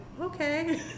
okay